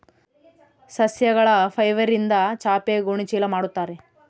ಸಸ್ಯಗಳ ಫೈಬರ್ಯಿಂದ ಚಾಪೆ ಗೋಣಿ ಚೀಲ ಮಾಡುತ್ತಾರೆ